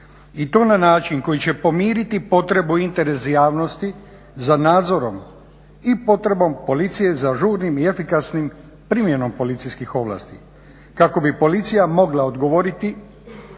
i to na način koji će pomiriti potrebu … za nadzorom i potrebom policije za žurnim i efikasnim primjenama policijskih ovlasti kako bi policija mogla odgovoriti